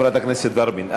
חברת הכנסת ורבין.